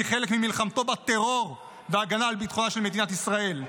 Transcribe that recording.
כחלק ממלחמתו בטרור והגנה על ביטחונה של מדינת ישראל.